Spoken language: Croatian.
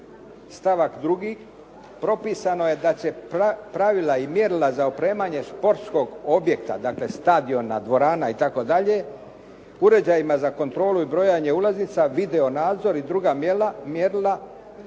stavak 2. propisano je da će pravila i mjerila za opremanje sportskog objekta, dakle stadiona, dvorana itd., uređajima za kontrolu i brojanje ulaznica, video nadzor i druga mjerila